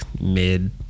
mid